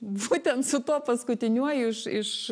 būtent su tuo paskutiniuoju iš iš